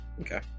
Okay